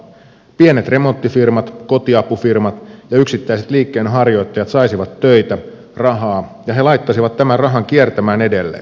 pienet remonttifirmat kotiapufirmat ja yksittäiset liikkeenharjoittajat saisivat töitä rahaa ja he laittaisivat tämän rahan kiertämään edelleen